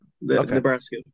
Nebraska